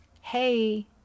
Hey